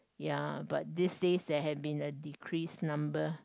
ya but these days there had been a decreased number